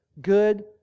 good